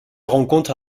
rencontre